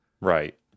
Right